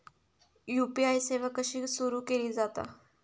UPI सेवा कशी सुरू केली जाता?